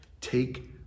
Take